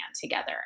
together